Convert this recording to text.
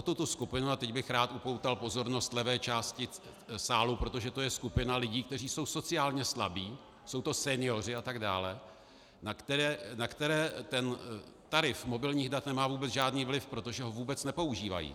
Tato skupina a teď bych rád upoutal pozornost levé části sálu je skupina lidí, kteří jsou sociálně slabí, jsou to senioři atd., na které tarif mobilních dat nemá vůbec žádný vliv, protože ho vůbec nepoužívají.